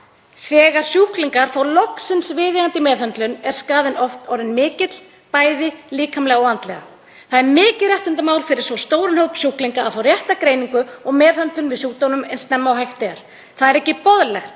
Þegar sjúklingar fá loksins viðeigandi meðhöndlun er skaðinn oft orðinn mikill, bæði líkamlega og andlega. Það er mikið réttindamál fyrir svo stóran hóp sjúklinga að fá rétta greiningu og meðhöndlun við sjúkdómum eins snemma og hægt er. Það er ekki boðlegt